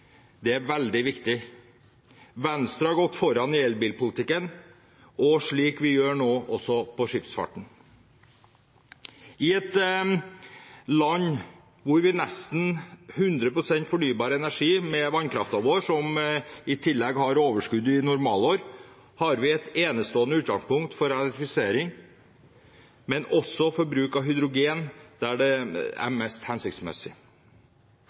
Det er veldig viktig. Venstre har gått foran i elbilpolitikken, slik vi nå gjør også når det gjelder skipsfarten. I et land hvor vi har nesten 100 pst. fornybar energi med vannkraften vår, som i tillegg har overskudd i normalår, har vi et enestående utgangspunkt for elektrifisering, men også for bruk av hydrogen der det er mest hensiktsmessig.